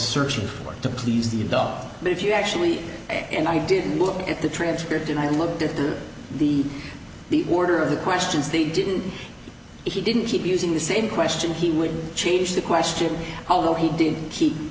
searching for to please the adult but if you actually and i didn't look at the transcript and i looked at the the the order of the questions they didn't he didn't keep using the same question he would change the question oh no he didn't keep